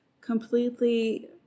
completely